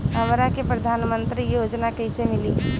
हमरा के प्रधानमंत्री योजना कईसे मिली?